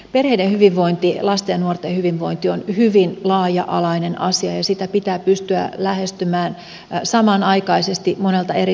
perheiden hyvinvointi lasten ja nuorten hyvinvointi on hyvin laaja alainen asia ja sitä pitää pystyä lähestymään samanaikaisesti monelta eri saralta